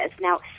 now